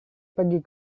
pergi